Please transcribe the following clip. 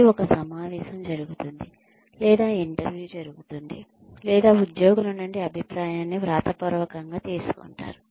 మరియు ఒక సమావేశం జరుగుతుంది లేదా ఇంటర్వ్యూ జరుగుతుంది లేదా ఉద్యోగుల నుండి అభిప్రాయాన్ని వ్రాతపూర్వకంగా తీసుకుంటారు